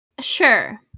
Sure